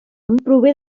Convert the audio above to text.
prové